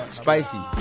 spicy